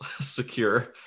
secure